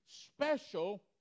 special